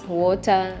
water